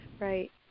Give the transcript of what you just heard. Right